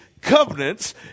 covenants